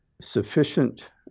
sufficient